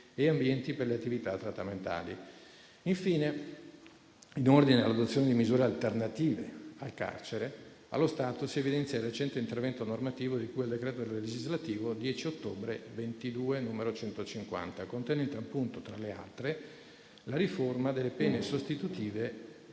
e ambienti per le attività trattamentali. Infine, in ordine all'adozione di misure alternative al carcere, allo stato si evidenzia il recente intervento normativo di cui al decreto legislativo 10 ottobre 2022, n. 150, contenente appunto, tra le altre, la riforma delle pene sostitutive